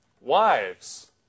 Wives